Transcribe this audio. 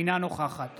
אינה נוכחת